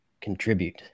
contribute